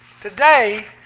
Today